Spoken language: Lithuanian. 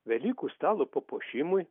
velykų stalo papuošimui